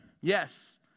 Yes